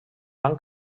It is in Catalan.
van